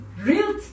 real